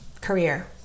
career